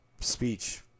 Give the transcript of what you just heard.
speech